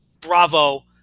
bravo